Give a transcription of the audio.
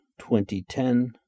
2010